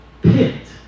pit